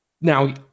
now